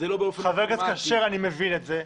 אני מבין את זה.